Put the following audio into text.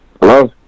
Hello